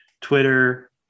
Twitter